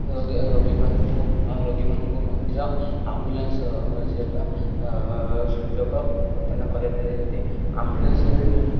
ରୋଗ ରୋଗୀମାନଙ୍କୁ ରୋଗୀମାନଙ୍କୁ ମଧ୍ୟ ଆମ୍ବୁଲାନ୍ସ ସେବା ସୁଯୋଗ ପ୍ରଦାନ କରାଯାଇଚନ୍ତି ଆମ୍ବୁଲାନ୍ସରେ